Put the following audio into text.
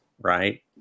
right